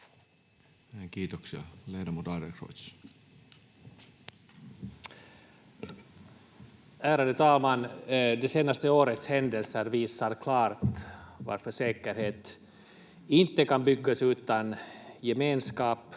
Time: 16:51 Content: Ärade talman! Det senaste årets händelser visar klart varför säkerhet inte kan byggas utan gemenskap